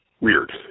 weird